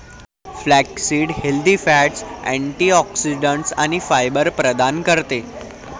flaxseed healthy fats, antioxidants आणि fibre प्रदान करते